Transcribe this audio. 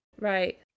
Right